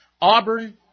Auburn